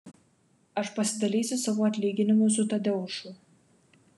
aš pasidalysiu savo atlyginimu su tadeušu